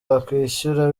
wakwishyura